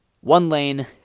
One-lane